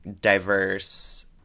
diverse